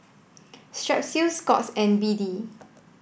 Strepsils Scott's and B D